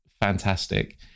fantastic